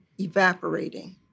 evaporating